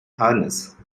harness